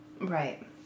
Right